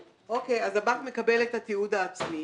הבנק מקבל את התיעוד העצמי